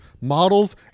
models